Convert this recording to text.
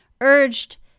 urged